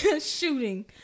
Shooting